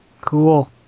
Cool